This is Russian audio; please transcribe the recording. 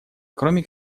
кроме